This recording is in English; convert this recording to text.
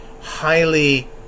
highly